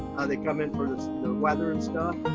they come in for the weather and stuff.